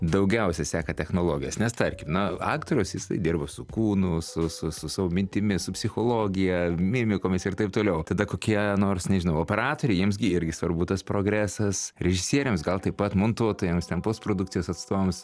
daugiausia seka technologijas nes tarkim na aktorius jisai dirba su kūnu su su su savo mintimis su psichologija mimikomis ir taip toliau tada kokie nors nežinau operatoriai jiems gi irgi svarbu tas progresas režisieriams gal taip pat montuotojams ten postprodukcijos atstovams